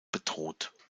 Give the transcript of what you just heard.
bedroht